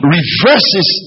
Reverses